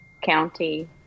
county